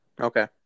Okay